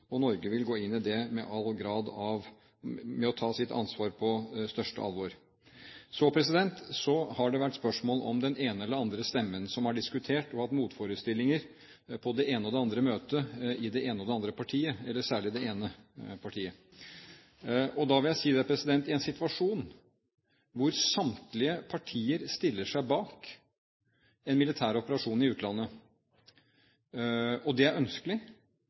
og Norge vil gå inn i det med å ta sitt ansvar på største alvor. Så har det vært spørsmål om den ene eller andre stemmen som har diskutert og hatt motforestillinger på det ene og det andre møtet i det ene og det andre partiet, særlig i det ene partiet. Da vil jeg si at i en situasjon hvor samtlige partier stiller seg bak en militær operasjon i utlandet, og det er ønskelig,